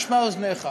אוזניך.